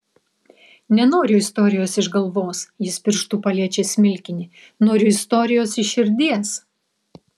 nenoriu istorijos iš galvos jis pirštu paliečia smilkinį noriu istorijos iš širdies